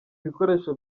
bikoresho